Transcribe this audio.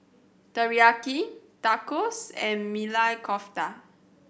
Teriyaki Tacos and Maili Kofta